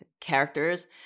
characters